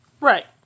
Right